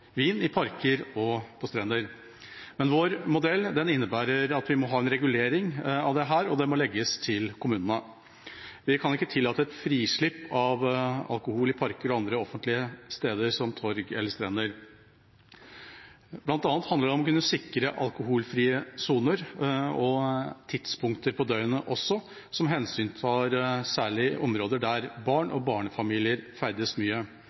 vin i parker og på strender. Men vår modell innebærer at vi må ha en regulering av dette, og at den må legges til kommunene. Vi kan ikke tillate et frislipp av alkohol i parker og på andre offentlige steder, som torg eller strender. Blant annet handler det om å kunne sikre alkoholfrie soner, og tidspunkter på døgnet også, som hensyntar særlig områder der barn og barnefamilier ferdes mye.